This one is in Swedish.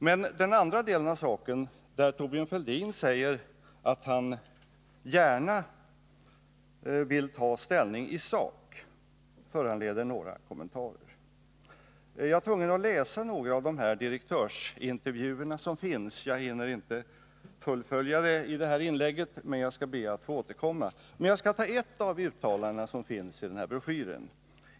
Men den andra delen av den här saken, där Thorbjörn Fälldin säger att han gärna vill ta ställning i sak, föranleder några kommentarer. Jag är tvungen att läsa upp några av de här direktörsintervjuerna. Jag hinner inte fullfölja det i detta inlägg, men jag skall be att få återkomma. Jag skall emellertid ta ett av uttalandena i broschyren.